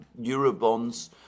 Eurobonds